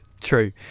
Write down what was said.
True